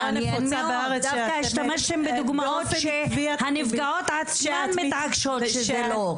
דווקא השתמשתם בדוגמאות שהנפגעות עצמן מתעקשות שזה לא כך.